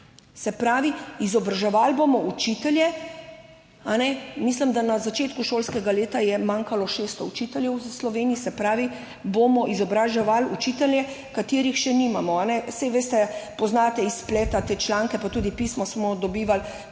Se pravi izobraževali bomo učitelje. Mislim, da je na začetku šolskega leta je manjkalo 600 učiteljev v Sloveniji. Se pravi, bomo izobraževali učitelje, katerih še nimamo. Saj veste, poznate iz spleta te članke pa tudi pismo smo dobivali,